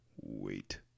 wait